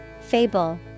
Fable